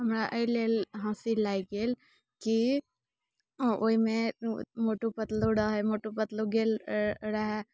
हमरा एहिलेल हँसी लागि गेल कि ओहिमे मोटू पतलू रहै मोटू पतलू गेल रहै